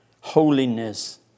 holiness